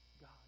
God